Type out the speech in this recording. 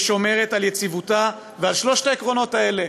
ששומרת על יציבותה ועל שלושת העקרונות הללו,